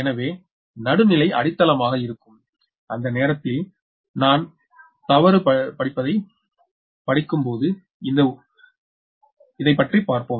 எனவே நடுநிலை அடித்தளமாக இருக்கும் அந்த நேரத்தில் நாம் தவறு படிப்பதைப் படிக்கும்போது இந்த உரிமையைப் பற்றி பார்ப்போம்